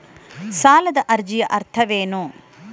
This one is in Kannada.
ಸಾಲದ ಅರ್ಜಿಯ ಅರ್ಥವೇನು?